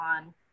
on